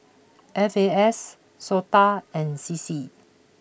F A S Sota and C C